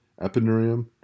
epineurium